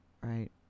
right